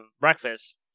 breakfast